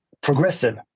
progressive